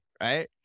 right